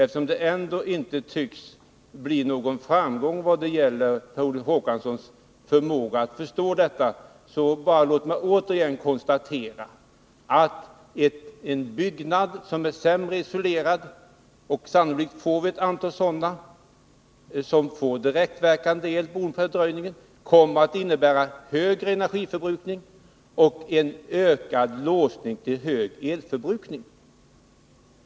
Eftersom jag ändå inte tycks ha lyckats få Per Olof Håkansson att förstå vad jag har sagt, konstaterar jag än en gång att en byggnad som är sämre isolerad — och sannolikt får vi ett antal sådana som får direktverkande el — medför högre energiförbrukning och en ökad låsning till hög elförbrukning.